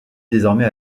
désormais